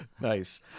Nice